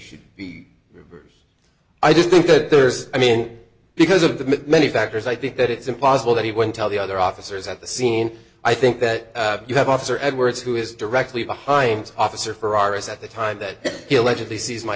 just think good there's i mean because of the many factors i think that it's impossible that he wouldn't tell the other officers at the scene i think that you have officer edwards who is directly behind officer ferraris at the time that he allegedly sees my